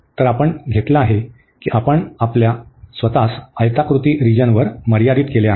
तर आपण घेतला आहे की आपण आपल्या स्वतःस आयताकृती रिजनवर मर्यादित केले आहे